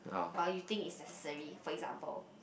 but you think is necessary for example